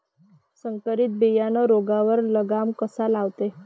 संकरीत बियानं रोगावर लगाम कसा लावते?